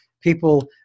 people